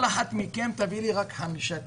כל אחת מכן תביא לי רק חמישה תיקים,